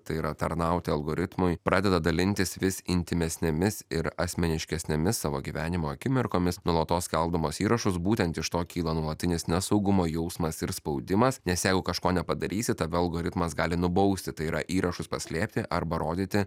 tai yra tarnauti algoritmui pradeda dalintis vis intymesnėmis ir asmeniškesnėmis savo gyvenimo akimirkomis nuolatos keldamos įrašus būtent iš to kyla nuolatinis nesaugumo jausmas ir spaudimas nes jeigu kažko nepadarysi tave algoritmas gali nubausti tai yra įrašus paslėpti arba rodyti